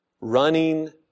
Running